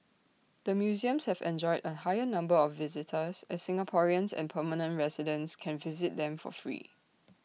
the museums have enjoyed A higher number of visitors as Singaporeans and permanent residents can visit them for free